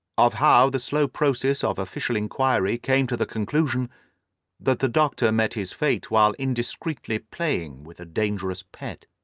of how the slow process of official inquiry came to the conclusion that the doctor met his fate while indiscreetly playing with a dangerous pet.